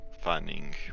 finding